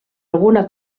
alguna